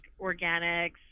organics